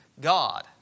...God